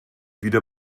wieder